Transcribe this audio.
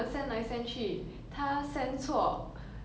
then 就是很 embarrassing 你懂吗